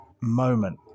moment